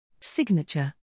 signature